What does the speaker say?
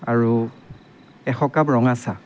আৰু এশ কাপ ৰঙা চাহ